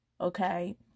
okay